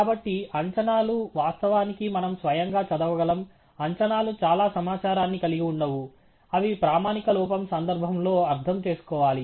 కాబట్టి అంచనాలు వాస్తవానికి మనం స్వయంగా చదవగలం అంచనాలు చాలా సమాచారాన్ని కలిగి ఉండవు అవి ప్రామాణిక లోపం సందర్భంలో అర్థం చేసుకోవాలి